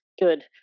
Good